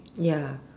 ya